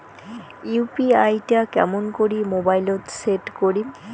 UPI টা কেমন করি মোবাইলত সেট করিম?